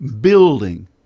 Building